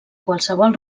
qualsevol